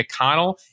McConnell